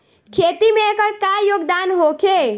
खेती में एकर का योगदान होखे?